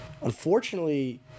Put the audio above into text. Unfortunately